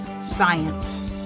Science